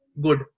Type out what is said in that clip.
good